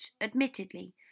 admittedly